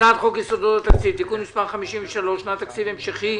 הצעת חוק יסודות התקציב (תיקון מס' 53) (שנת תקציב המשכי),